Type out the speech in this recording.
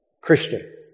Christian